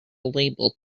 label